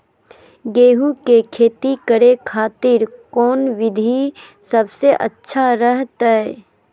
गेहूं के खेती करे खातिर कौन विधि सबसे अच्छा रहतय?